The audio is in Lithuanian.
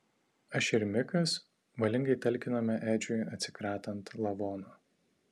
aš ir mikas valingai talkinome edžiui atsikratant lavono